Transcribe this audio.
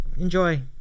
enjoy